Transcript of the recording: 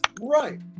Right